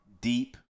Deep